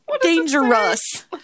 dangerous